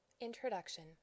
Introduction